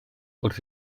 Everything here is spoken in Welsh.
wrth